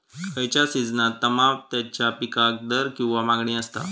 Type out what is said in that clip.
खयच्या सिजनात तमात्याच्या पीकाक दर किंवा मागणी आसता?